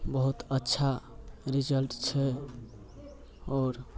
बहुत अच्छा रिजल्ट छै आओर